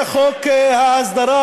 חוק ההסדרה,